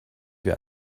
wir